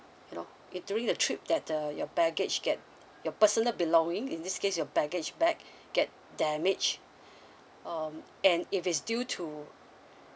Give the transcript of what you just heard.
you know if during the trip that the your baggage get your personal belongings in this case your baggage bag get damaged um and if it's due to